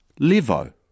Levo